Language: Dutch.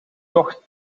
tocht